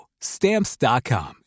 Stamps.com